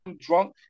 drunk